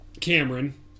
Cameron